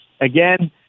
again